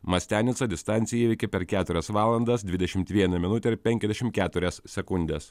mastianica distanciją įveikė per keturias valandas dvidešimt vieną minutę ir penkiasdešim keturias sekundes